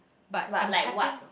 but I'm cutting